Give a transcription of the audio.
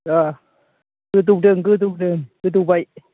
र' गोदौदों गोदौदों गोदौबाय